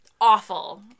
awful